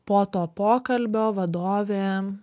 po to pokalbio vadovė